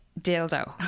dildo